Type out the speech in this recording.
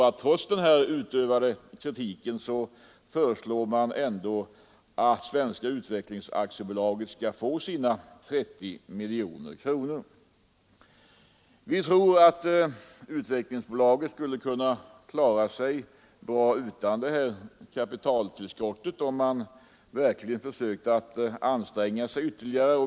Trots den utövade kritiken föreslår man därför att Svenska utvecklingsaktiebolaget skall få sina 30 miljoner kronor. Vi tror att Utvecklingsbolaget skulle kunna klara sig bra utan detta kapitaltillskott om man verkligen försökte anstränga sig ytterligare.